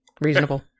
Reasonable